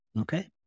Okay